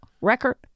Record